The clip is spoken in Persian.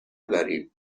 داریم